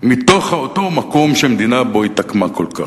מתוך אותו מקום שהמדינה התעקמה כל כך?